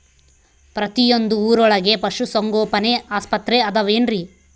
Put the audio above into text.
ಪ್ರತಿಯೊಂದು ಊರೊಳಗೆ ಪಶುಸಂಗೋಪನೆ ಆಸ್ಪತ್ರೆ ಅದವೇನ್ರಿ?